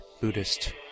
Buddhist